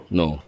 no